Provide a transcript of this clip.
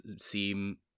seem